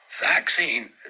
vaccine